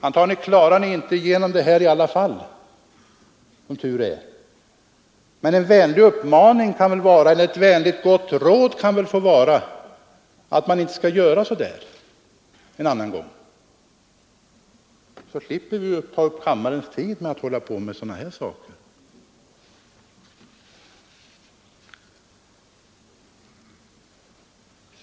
Antagligen klarar ni inte igenom detta i alla fall — som tur är — men ett vänligt gott råd kan väl vara att man inte skall göra så en annan gång. Då slipper vi ta upp kammarens tid med att hålla på med sådana här saker.